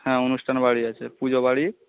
হ্যাঁ অনুষ্ঠান বাড়ি আছে পুজো বাড়ি